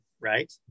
right